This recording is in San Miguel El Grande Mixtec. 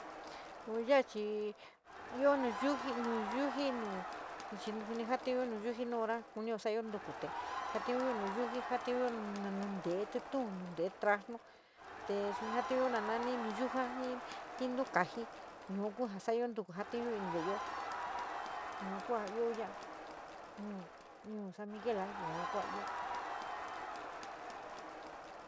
Ya chi io yuji, nu yuji, nu suni jatiunyo nu hora kunío sa´ayo ntuko te jatiunyo nu yoin jaji, ja tiunyo nun te´e títud nu teé trasnu, te jatiunyo suni nanani nu yuja, ji nu kají yua kua ja sa´ayo ntuku jatiunyo ini ve´eyo yua kua io ya´a ñu san miguel yua kua io.